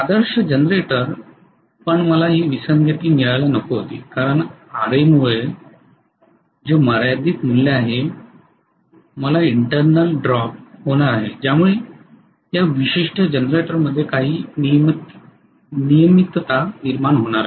आदर्श generator पण मला ही विसंगती मिळायला नको होती कारण Ra मुळे जे मर्यादित मूल्य आहे मला अंतर्गत ड्रॉप होणार आहे ज्यामुळे या विशिष्ट जनरेटरमध्ये काही नियमितता निर्माण होणार आहे